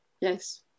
Yes